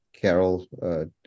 Carol